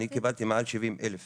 אני קיבלתי מעל 70 אלף